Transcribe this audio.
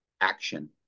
action